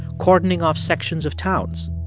cordoning off sections of towns.